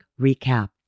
recap